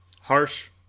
harsh